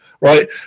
right